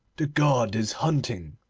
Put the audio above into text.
the god is hunting,